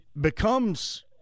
becomes